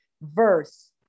verse